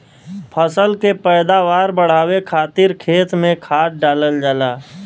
फसल के पैदावार बढ़ावे खातिर खेत में खाद डालल जाला